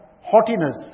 haughtiness